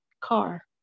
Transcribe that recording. car